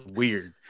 weird